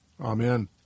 Amen